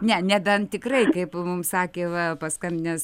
ne nebent tikrai kaip mums sakė va paskambinęs